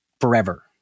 Forever